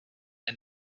and